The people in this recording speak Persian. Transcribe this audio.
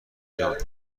جان